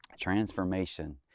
Transformation